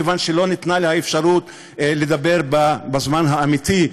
מכיוון שלא ניתנה לי אפשרות לדבר בזמן האמיתי,